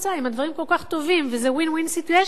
אם הדברים כל כך טובים וזה win-win situation,